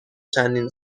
چندین